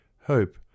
Hope